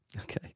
Okay